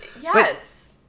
Yes